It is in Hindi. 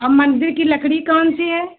और मंदिर की लकड़ी कौन सी है